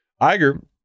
Iger